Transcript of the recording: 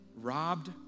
robbed